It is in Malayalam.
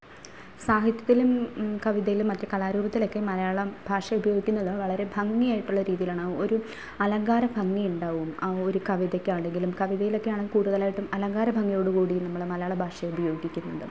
സാഹിത്യത്തിലും കവിതയിലും മറ്റ് കലാരൂപത്തിലുമൊക്കെ മലയാളം ഭാഷ ഉപയോഗിക്കുന്നത് വളരെ ഭംഗി ആയിട്ടുള്ള രീതിയിലാണ് ഒരു അലങ്കാര ഭംഗി ഉണ്ടാവും ആ ഒരു കവിതയ്ക്കാണെങ്കിലും കവിതയിലൊക്കെ ആണ് കൂടുതലും അലങ്കാര ഭംഗിയോടുകൂടി നമ്മൾ മലയാള ഭാഷയെ ഉപയോഗിക്കുന്നുണ്ട്